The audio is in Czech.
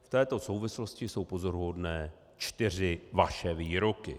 V této souvislosti jsou pozoruhodné čtyři vaše výroky.